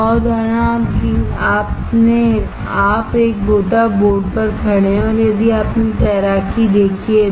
एक और उदाहरण आप एक गोता बोर्ड पर खड़े हैं यदि आपने तैराकी देखी है